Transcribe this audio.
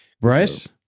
Bryce